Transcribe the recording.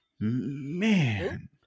man